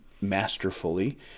masterfully